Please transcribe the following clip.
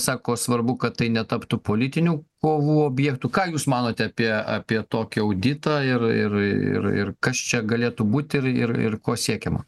sako svarbu kad tai netaptų politinių kovų objektu ką jūs manote apie apie tokį auditą ir ir ir ir kas čia galėtų būti ir ir ir ko siekiama